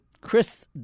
Chris